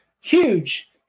Huge